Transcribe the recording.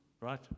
Right